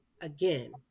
again